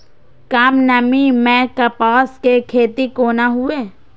कम नमी मैं कपास के खेती कोना हुऐ?